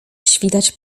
świtać